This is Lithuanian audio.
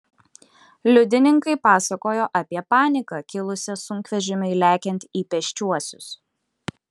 liudininkai pasakojo apie paniką kilusią sunkvežimiui lekiant į pėsčiuosius